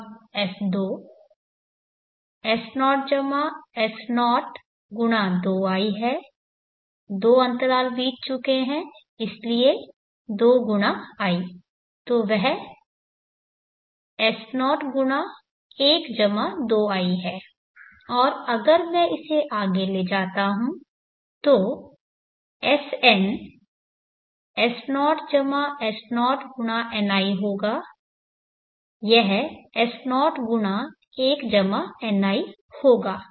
अब S2 S0 S0×2i है दो अंतराल बीत चुके हैं इसलिए 2 × i तो वह S0×12i है और अगर मैं इसे आगे ले जाता हूं तो Sn S0S0×ni होगा यह S0×1ni होगा